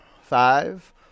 Five